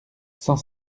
cent